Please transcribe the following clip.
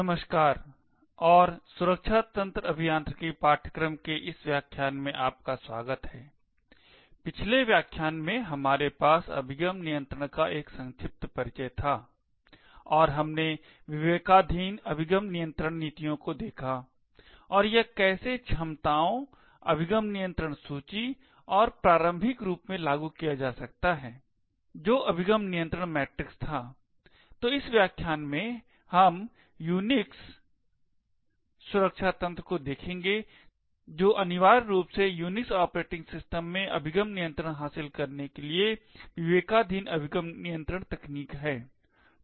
नमस्कार और सुरक्षा तंत्र अभियांत्रिकी पाठ्यक्रम के इस व्याख्यान में आपका स्वागत है पिछले व्याख्यान में हमारे पास अभिगम नियंत्रण का एक संक्षिप्त परिचय था और हमने विवेकाधीन अभिगम नियंत्रण नीतियों को देखा और यह कैसे क्षमताओं अभिगम नियंत्रण सूची और प्रारंभिक रूप में लागू किया जा सकता है जो अभिगम नियंत्रण मैट्रिक्स था तो इस व्याख्यान में हम यूनिक्स सुरक्षा तंत्र को देखेंगे जो अनिवार्य रूप से यूनिक्स ऑपरेटिंग सिस्टम में अभिगम नियंत्रण हासिल करने के लिए विवेकाधीन अभिगम नियंत्रण तकनीक है